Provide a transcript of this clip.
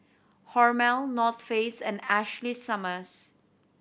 Hormel North Face and Ashley Summers